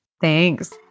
Thanks